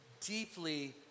deeply